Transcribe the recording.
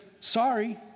sorry